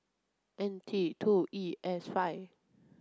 N T two E S five